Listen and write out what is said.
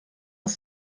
aus